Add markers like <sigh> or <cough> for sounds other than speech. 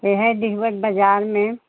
यह है <unintelligible> बाज़ार में